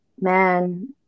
man